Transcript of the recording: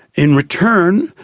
in return,